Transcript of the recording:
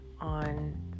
on